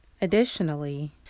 Additionally